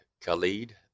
Khalid